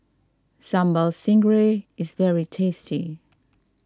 Sambal Stingray is very tasty